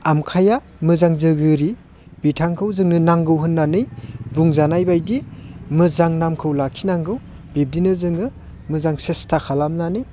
आमोखाया मोजां जोगिरि बिथांखौ जोंनो नांगौ होननानै बुंजानाय बायदि मोजां नामखौ लाखि नांगौ बिबदिनो जोङो मोजां सेसथा खालामनानै